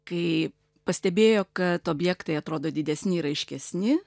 kai pastebėjo kad objektai atrodo didesni raiškesni